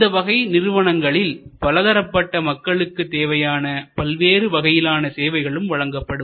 இந்த வகை நிறுவனங்களில் பலதரப்பட்ட மக்களுக்கு தேவையான பல்வேறு வகையிலான சேவைகளும் வழங்கப்படும்